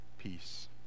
Peace